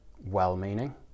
well-meaning